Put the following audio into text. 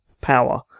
power